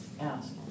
Ask